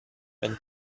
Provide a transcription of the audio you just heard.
wenn